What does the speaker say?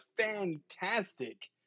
fantastic